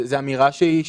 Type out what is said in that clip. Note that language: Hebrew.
היא אמירה שהיא